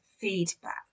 feedback